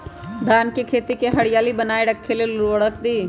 धान के खेती की हरियाली बनाय रख लेल उवर्रक दी?